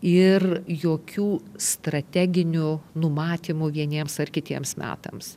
ir jokių strateginių numatymų vieniems ar kitiems metams